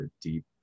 deep